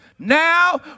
Now